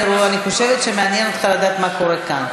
אני חושבת שמעניין אותך לדעת מה קורה כאן.